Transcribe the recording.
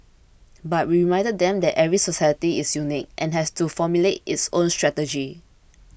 but we reminded them that every society is unique and has to formulate its own strategy